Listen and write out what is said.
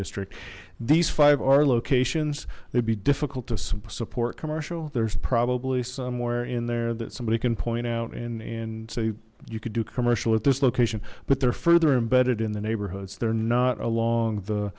district these five are locations they'd be difficult to support commercial there's probably somewhere in there that somebody can point out and and say you could do commercial at this location but they're further embedded in the neighborhoods they're not along the